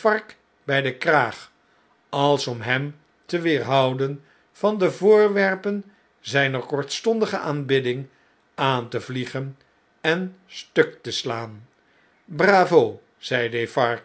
bij den kraag als om hem te weerhouden van de voorwerpen zjjner kortstondige aanbidding aan te vliegen en stuk te slaan bravo